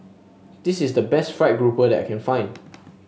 this is the best fried grouper that I can find